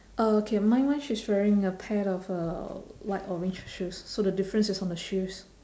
uh okay mine mine she's wearing a pair of uh light orange shoes so the difference is on the shoes